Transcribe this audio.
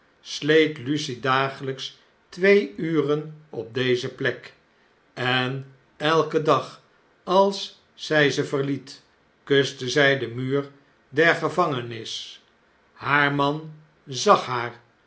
sleet lucie dagelijks twee uren op deze plek en elken dag als zjj ze verliet kuste zjj den muur der gevangenis haar man zag haar